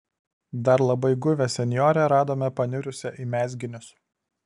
dar labai guvią senjorę radome panirusią į mezginius